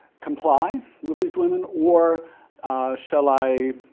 comply with these women or shall i,